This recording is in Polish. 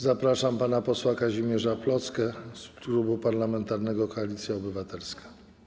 Zapraszam pana posła Kazimierza Plocke z Klubu Parlamentarnego Koalicja Obywatelska.